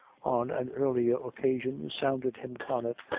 on an earlier occasion sounded him upon it,